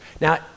Now